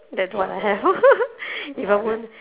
that's what I have if I want